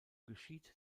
geschieht